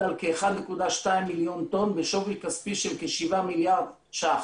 על כ-1.2 מיליון טון ושווי כספי של כשבעה מיליארד שקלים.